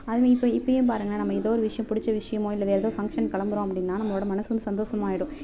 அதிலயும் இப்போ இப்பவும் பாருங்களேன் நம்ம ஏதோ ஒரு விஷயம் பிடிச்ச விஷயமோ இல்லை வேறு ஏதோ ஃபங்க்ஷன் கிளம்புறோம் அப்படின்னா நம்மளோட மனசு வந்து சந்தோஷமாகிடும்